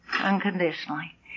unconditionally